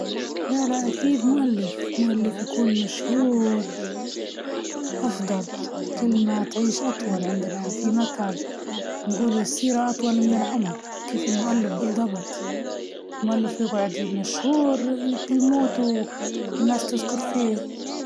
مؤلف مشهور لإن الكلمة تعيش أطول، و و أنا أساسًا نحب نكتب، فلذلك فنختار نكون مؤلف مشهور.